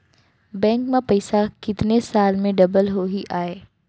Bank में पइसा कितने साल में डबल होही आय?